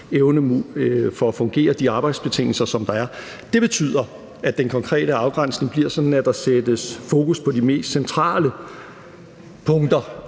med hensyn til de arbejdsbetingelser, der er. Det betyder, at den konkrete afgrænsning bliver sådan, at der sættes fokus på de mest centrale punkter